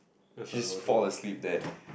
his fall asleep that